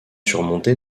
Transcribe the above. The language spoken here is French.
surmonté